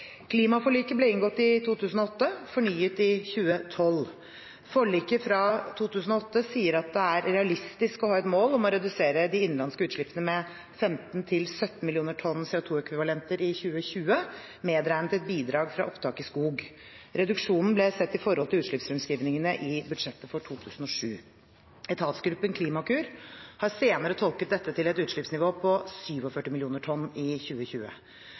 Klimaforliket ble inngått i 2008 og fornyet i 2012. Forliket fra 2008 sier at det er realistisk å ha et mål om å redusere de innenlandske utslippene med 15–17 millioner tonn CO2-ekvivalenter i 2020, medregnet et bidrag fra opptak i skog. Reduksjonen ble sett i forhold til utslippsfremskrivningene i budsjettet for 2007. Etatsgruppen Klimakur har senere tolket dette til et utslippsnivå på 47 millioner tonn i 2020.